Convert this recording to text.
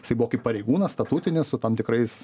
jisai buvo kaip pareigūnas statutinis su tam tikrais